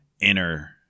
inner